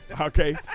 Okay